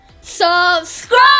subscribe